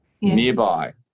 nearby